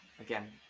again